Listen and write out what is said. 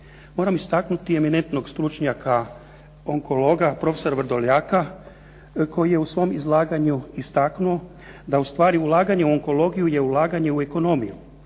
Moram istaknuti eminentnog stručnjaka onkolga, profesora Vrdoljaka, koji je u svom izlaganju istaknuo da ustvari ulaganje u onkologiju je ulaganje u ekonomiju